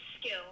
skill